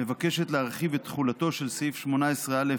מבקשת להרחיב את תחולתו של סעיף 18א(א)